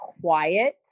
quiet